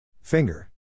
Finger